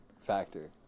factor